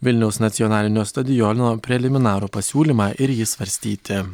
vilniaus nacionalinio stadiono preliminarų pasiūlymą ir jį svarstyti